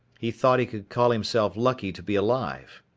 he thought he could call himself lucky to be alive.